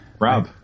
Rob